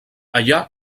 allà